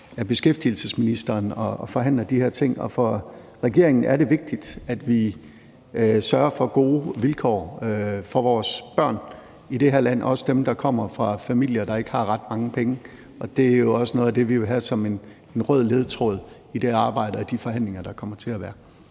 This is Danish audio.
af beskæftigelsesministeren og forhandler de her ting. For regeringen er det vigtigt, at vi sørger for gode vilkår for vores børn i det her land, også dem, der kommer fra familier, der ikke har ret mange penge. Det er jo også noget af det, vi vil have som rød ledetråd i det arbejde og de forhandlinger, der kommer til at være.